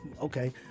okay